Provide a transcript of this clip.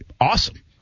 awesome